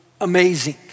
amazing